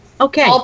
Okay